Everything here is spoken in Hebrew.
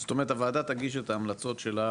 זאת אומרת הוועדה תגיש את ההמלצות שלה